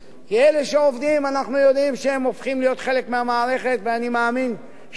ואני מאמין שעיגנתם את הדברים בצורה נכונה ושהאוצר מחויב.